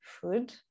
food